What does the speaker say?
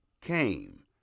came